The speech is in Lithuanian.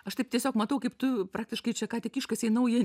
aš taip tiesiog matau kaip tu praktiškai čia ką tik iškasei naują